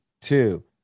two